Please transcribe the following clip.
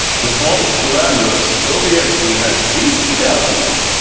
the false glamour of sovietski has ceased to dazzle me.